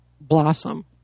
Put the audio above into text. blossom